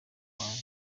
bitwaye